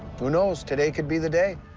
who knows? today could be the day.